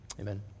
Amen